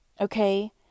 Okay